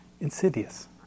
Insidious